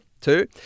two